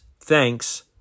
Thanks